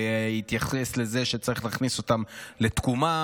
להתייחס לזה שצריך להכניס אותם לתקומה,